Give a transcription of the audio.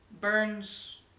Burns